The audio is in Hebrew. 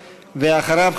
ואחריו,